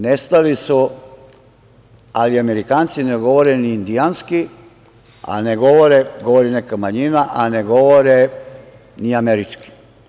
Nestali su, ali Amerikanci ne govore ni indijanski, govori neka manjina, a ne govore ni američki.